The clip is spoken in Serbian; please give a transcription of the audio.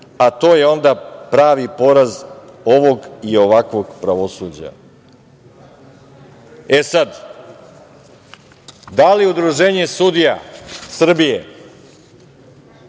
a to je onda pravi poraz ovog i ovakvog pravosuđa. Da li Udruženje sudija Srbije